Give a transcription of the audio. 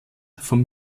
vom